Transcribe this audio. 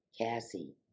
Cassie